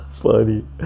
Funny